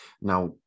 Now